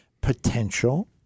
potential